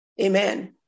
Amen